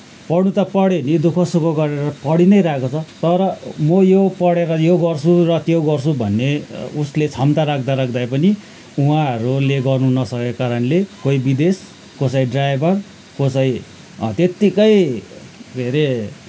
पढ्नु त पढ्यो नि दुःख सुख गरेर पढि नै रहेको छ तर म यो पढेर यो गर्छु र त्यो गर्छु भन्ने उसले क्षमता राख्दा राख्दै पनि उहाँहरूले गर्नु नसकेको कारणले कोही विदेश कसै ड्राइभर कसै त्यतिकै के अरे